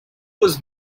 was